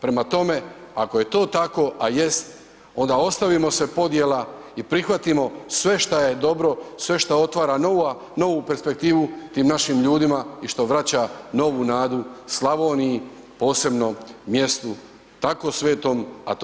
Prema tome, ako je to tako, a jest, onda ostavimo se podjela i prihvatimo sve što je dobro i sve što otvara novu perspektivu tim našim ljudima i što vraća novu nadu Slavoniji, posebno mjestu tako svetom, a to je Vukovar.